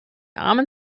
armen